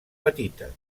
petites